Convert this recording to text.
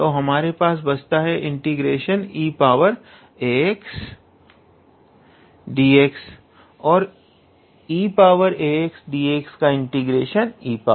तो हमारे पास बचता है ∫ 𝑒𝑎𝑥𝑑𝑥 और ∫ 𝑒𝑎𝑥𝑑𝑥 xeaxa